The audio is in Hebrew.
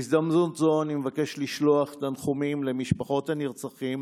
בהזדמנות הזו אני מבקש לשלוח תנחומים למשפחות הנרצחים